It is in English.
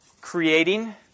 creating